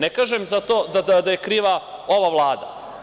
Ne kažem za to da je kriva ova Vlada.